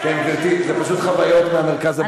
כן, גברתי, זה פשוט חוויות מהמרכז הבין-תחומי.